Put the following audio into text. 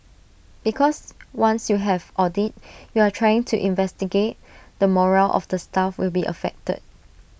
because once you have audit you are trying to investigate the morale of the staff will be affected